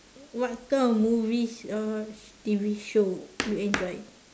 what kind of movies or T_V show you enjoy